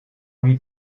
lui